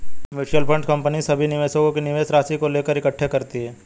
mutual fund company सभी निवेशकों के निवेश राशि को लेकर इकट्ठे करती है